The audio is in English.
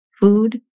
food